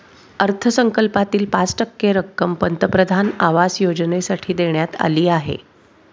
अर्थसंकल्पातील पाच टक्के रक्कम पंतप्रधान आवास योजनेसाठी देण्यात आली आहे